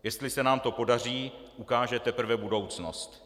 Jestli se nám to podaří, ukáže teprve budoucnost.